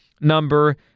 number